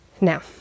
Now